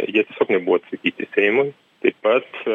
jie tiesiog nebuvo atsakyti seimui taip pat